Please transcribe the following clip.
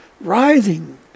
writhing